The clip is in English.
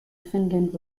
finland